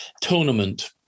tournament